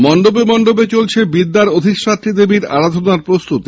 মন্ডপে মন্ডপে চলছে বিদ্যার অধিষ্ঠাত্রী দেবীর আরাধনার প্রস্তুতি